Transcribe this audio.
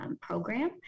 program